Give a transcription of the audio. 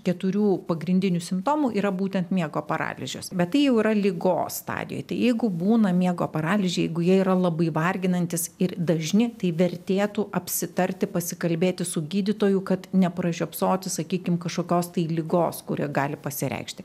keturių pagrindinių simptomų yra būtent miego paralyžius bet tai jau yra ligos stadijoj tai jeigu būna miego paralyžiai jeigu jie yra labai varginantys ir dažni tai vertėtų apsitarti pasikalbėti su gydytoju kad nepražiopsoti sakykim kažkokios tai ligos kuri gali pasireikšti